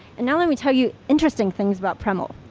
and now let me tell you interesting things about premal.